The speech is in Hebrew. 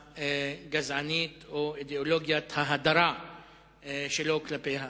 הגזענית או אידיאולוגיית ההדרה שלו כלפי האחר.